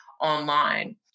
online